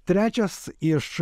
trečias iš